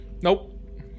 Nope